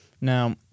Now